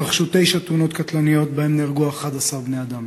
התרחשו תשע תאונות קטלניות ונהרגו בהן 11 בני-אדם.